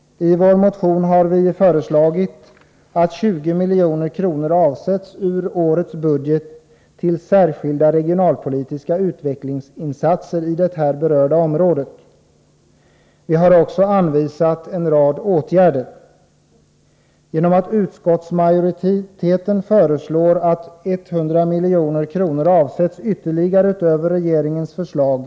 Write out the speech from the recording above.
I vår motion har vi föreslagit att 20 milj.kr. ur årets budget avsätts till särskilda regionalpolitiska utvecklingsinsatser i det berörda området. Vi har också anvisat en rad åtgärder. Utskottsmajoriteten föreslår att 100 milj.kr. avsätts utöver regeringens förslag.